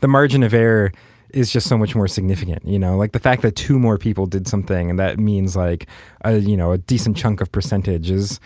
the margin of error is just so much more significant. you know like the fact that two more people did something and that means like ah you know a decent chunk of percentage is